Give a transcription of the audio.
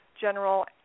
general